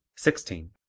sixteen.